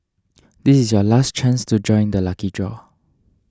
this is your last chance to join the lucky draw